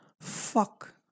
fuck